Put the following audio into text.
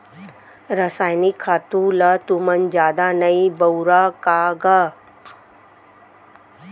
रसायनिक खातू ल तुमन जादा नइ बउरा का गा?